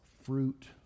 fruit